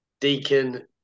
Deacon